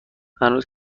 هنوز